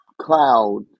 cloud